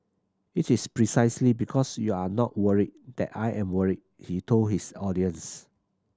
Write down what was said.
it is precisely because you are not worried that I am worried he told his audience